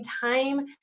time